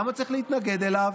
למה צריך להתנגד לו?